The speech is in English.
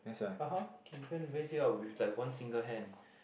(uh huh) can even raise it up with like one single hand